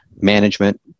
management